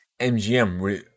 MGM